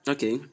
Okay